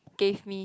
gave me